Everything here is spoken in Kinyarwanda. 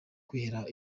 kwihera